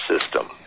System